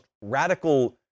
radical